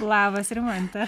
labas rimante